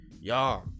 y'all